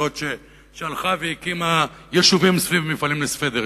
הזאת שהלכה והקימה יישובים סביב מפעלים לסוודרים,